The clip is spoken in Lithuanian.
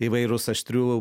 įvairūs aštrių